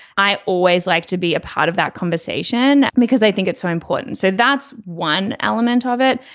i always like to be a part of that conversation because i think it's so important. so that's one element ah of it.